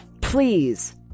Please